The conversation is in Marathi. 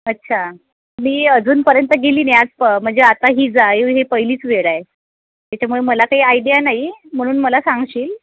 अच्छा मी अजूनपर्यंत गेली नाही आज प म्हणजे आता ही जाय हे पहिलीच वेळ आहे त्याच्यामुळे मला काही आयडिया नाही म्हणून मला सांगशील